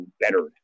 better